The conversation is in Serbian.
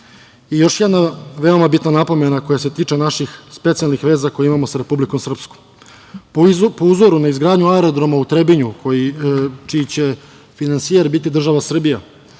jedna veoma bitna napomena koja se tiče naših specijalnih veza koje imamo sa Republikom Srpskom. Po uzoru na izgradnju aerodroma u Trebinju, čiji će finansijer biti država Srbija,